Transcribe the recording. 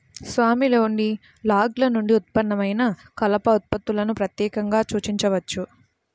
స్వామిలోని లాగ్ల నుండి ఉత్పన్నమైన కలప ఉత్పత్తులను ప్రత్యేకంగా సూచించవచ్చు